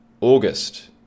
August